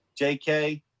JK